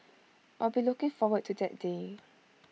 I will be looking forward to that day